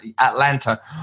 Atlanta